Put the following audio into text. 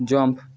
jump